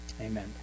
Amen